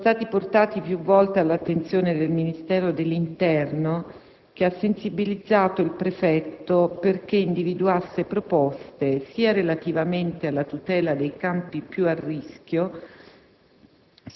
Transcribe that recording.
sono stati portati più volte all'attenzione del Ministero dell'interno che ha sensibilizzato il prefetto perché individuasse proposte sia relativamente alla tutela dei campi più a rischio,